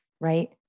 right